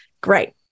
Great